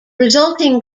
resulting